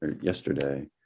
yesterday